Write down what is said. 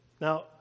Now